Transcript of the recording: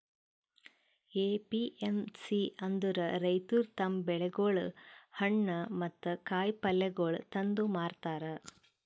APMC ಅಂದುರ್ ರೈತುರ್ ತಮ್ ಬೆಳಿಗೊಳ್, ಹಣ್ಣ ಮತ್ತ ಕಾಯಿ ಪಲ್ಯಗೊಳ್ ತಂದು ಮಾರತಾರ್